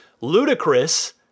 Ludicrous